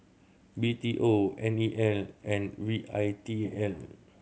B T O N E L and V I T A L